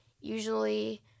usually